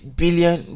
billion